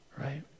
right